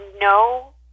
no